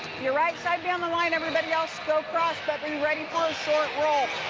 your right side be on the line. everybody else go cross, but be ready for a short roll,